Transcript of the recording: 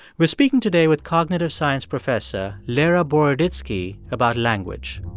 we're speaking today with cognitive science professor lera boroditsky about language.